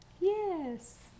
Yes